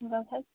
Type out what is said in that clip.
بَس حظ